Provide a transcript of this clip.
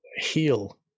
heal